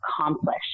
accomplish